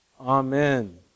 Amen